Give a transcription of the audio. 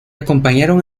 acompañaron